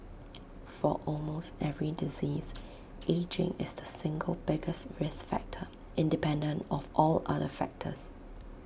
for almost every disease ageing is the single biggest risk factor independent of all other factors